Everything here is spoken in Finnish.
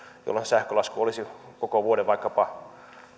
se sähkölasku olisi koko vuoden vaikkapa